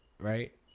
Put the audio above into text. Right